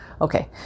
Okay